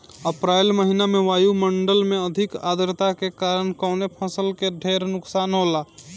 अप्रैल महिना में वायु मंडल में अधिक आद्रता के कारण कवने फसल क ढेर नुकसान होला?